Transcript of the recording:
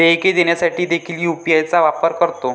देयके देण्यासाठी देखील यू.पी.आय चा वापर करतो